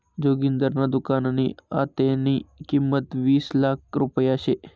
जोगिंदरना दुकाननी आत्तेनी किंमत वीस लाख रुपया शे